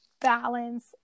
balance